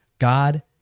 God